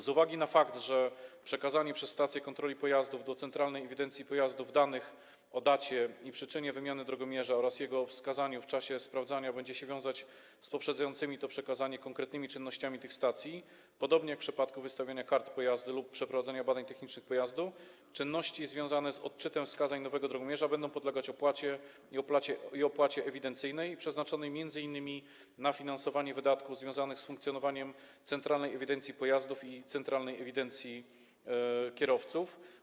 Z uwagi na fakt, że przekazanie przez stację kontroli pojazdów do centralnej ewidencji pojazdów danych o dacie i przyczynie wymiany drogomierza oraz jego wskazaniu w czasie sprawdzania będzie się wiązać z poprzedzającymi to przekazanie konkretnymi czynnościami tych stacji, podobnie jak w przypadku wystawiania kart pojazdu lub przeprowadzania badań technicznych pojazdu, czynności związane z odczytem wskazań nowego drogomierza będą podlegać opłacie i opłacie ewidencyjnej przeznaczonej m.in. na finansowanie wydatków związanych z funkcjonowaniem centralnej ewidencji pojazdów i centralnej ewidencji kierowców.